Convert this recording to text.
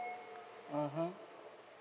mmhmm